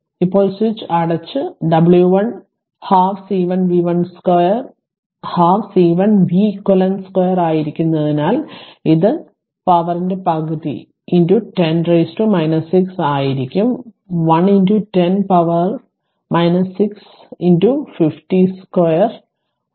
ഇപ്പോൾ സ്വിച്ച് അടച്ച w 1 പകുതി C1 v eq 2 ആയിരിക്കുമെന്നതിനാൽ ഇത് പവറിന്റെ പകുതി 10 6 ആയിരിക്കും 1 10 പവറിന് 6 50 2 അതിനാൽ 1